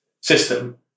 system